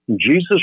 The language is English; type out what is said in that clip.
Jesus